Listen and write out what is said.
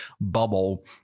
bubble